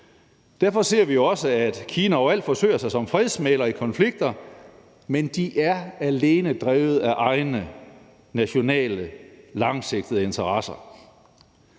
Derfor ser vi også, at Kina overalt forsøger sig som fredsmægler i konflikter, men de er alene drevet af egne nationale, langsigtede interesser.